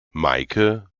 meike